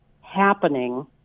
happening